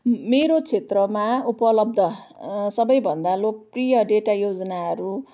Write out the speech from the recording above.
मेरो क्षेत्रमा उपलब्ध सबैभन्दा लोकप्रिय डेटा योजनाहरू